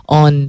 on